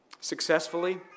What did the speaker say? successfully